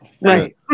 Right